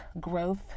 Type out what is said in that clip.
growth